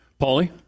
Paulie